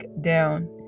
down